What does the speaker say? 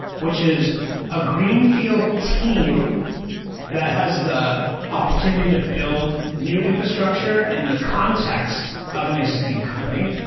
which is a greenfield team that has the opportunity to build new infrastructure in the context of an existing company.